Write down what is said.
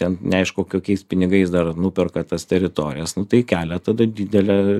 ten neaišku kokiais pinigais dar nuperka tas teritorijas nu tai kelia tada didelę